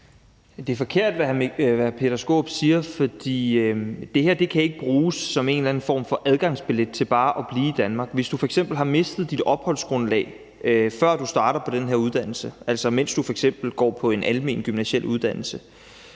Det er forkert, hvad hr. Peter Skaarup siger, for det her kan ikke bruges som en eller anden form for adgangsbillet til bare at blive i Danmark. Hvis du f.eks. har mistet dit opholdsgrundlag, før du starter på den her uddannelse, altså mens du f.eks. går på en almen gymnasial uddannelse,